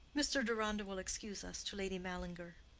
mr. deronda will excuse us to lady mallinger.